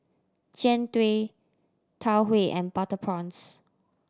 Jian Dui Tau Huay and butter prawns